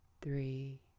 three